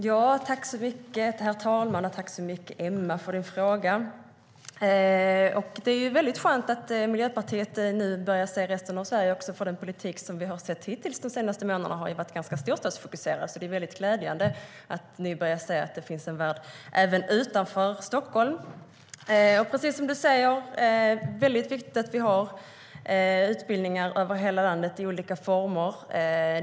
Herr talman! Tack så mycket, Emma, för din fråga! Som du säger är det mycket viktigt att vi har utbildningar över hela landet i olika former.